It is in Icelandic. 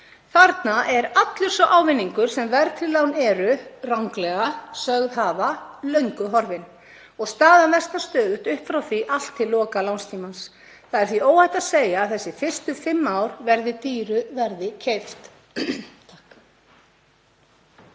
Þarna er allur sá ávinningur sem verðtryggð lán eru ranglega sögð hafa löngu horfinn og staðan versnar stöðugt upp frá því, allt til loka lánstímans. Það er því óhætt að segja að þessi fyrstu fimm ár verði dýru verði keypt.